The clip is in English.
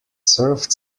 served